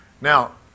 Now